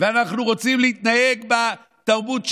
אנחנו רוצים להתנהג בתרבות שלנו.